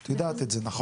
את יודעת את זה נכון?